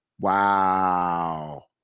Wow